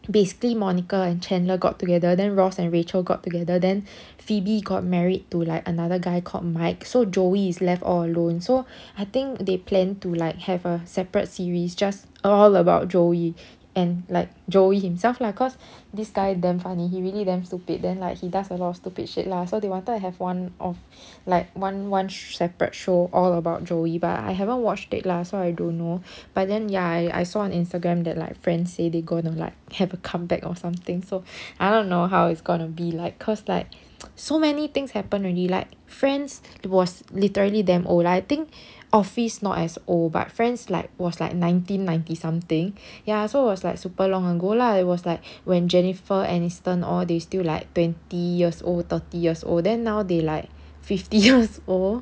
basically monica and chandler got together then ross and rachel got together then phoebe got married to like another guy called mike so joey is left all alone so I think they plan to like have a separate series just all about joey and like joey himself lah cause this guy damn funny he really damn stupid then like he does a lot of stupid shit lah so they wanted to have one of like one one separate show all about joey but I haven't watched it lah so I don't know but ya I saw it on instagram that like friends say they gonna have like a comeback or something so I don't know how it's gonna be like cause like so many things happened already like friends was literally damn old like I think office not as old but friends like was like nineteen ninety something ya so like was super long ago lah it was like when jennifer aniston all they still like twenty years old thirty years old then now they like fifty years old